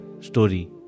story